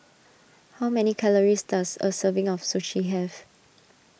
how many calories does a serving of Sushi have